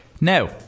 Now